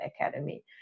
academy